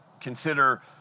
consider